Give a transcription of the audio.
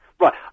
Right